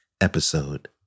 episode